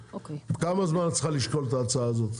כמה זמן את צריכה לשקול את ההצעה הזו?